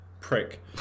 prick